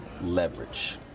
leverage